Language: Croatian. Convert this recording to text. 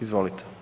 Izvolite.